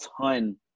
ton